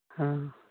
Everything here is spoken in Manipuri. ꯑ